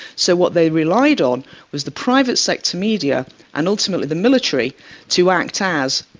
so what they relied on was the private sector media and ultimately the military to act as,